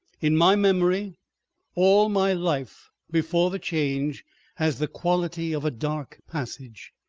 in my memory all my life before the change has the quality of a dark passage,